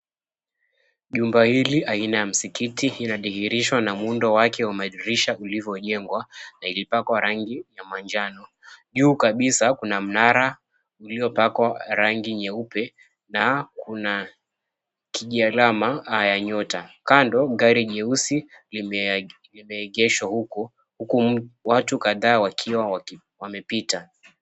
Jumba hili aina ya msikiti inadhihirishwa na muundo wake wa madirisha vilivyojengwa na ilipakwa rangi ya manjano. Juu kabisa kuna mnara uliopakwa rangi nyeupe kuna kijialama ya nyota. Kando gari jeusi limeegeshwa huku watu kadhaa wakiwa wamepita.